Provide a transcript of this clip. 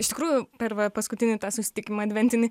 iš tikrųjų per va paskutinį tą susitikimą adventinį